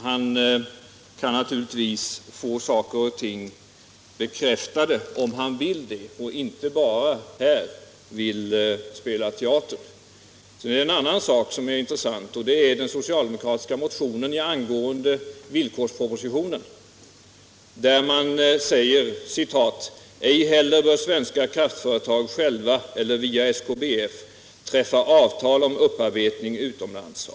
Han kan naturligtvis få saker och ting bekräftade — om han vill det och inte bara vill spela teater här. En annan sak som är intressant är den socialdemokratiska motionen angående villkorspropositionen. Man säger där: ”Ej heller bör svenska kraftföretag själva eller via SKBF träffa avtal om upparbetning utomlands.